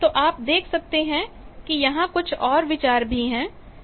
तो आप देख सकते हैं कि यहां कुछ और विचार भी है